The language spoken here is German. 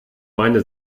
meine